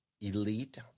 Elite